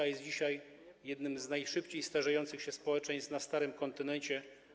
Jesteśmy dzisiaj jednym z najszybciej starzejących się społeczeństw na starym kontynencie.